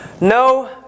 No